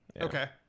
Okay